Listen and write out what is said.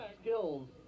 skills